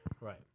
Right